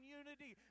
unity